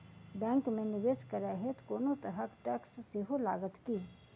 Bank मे निवेश करै हेतु कोनो तरहक टैक्स सेहो लागत की?